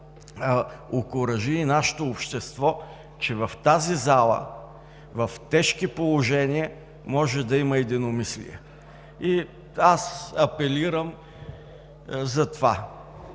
окуражи и нашето общество, че в тази зала, в тежки положения може да има единомислие и аз апелирам за това!